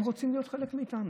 הם רוצים להיות חלק מאיתנו.